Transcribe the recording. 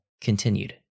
continued